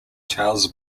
charles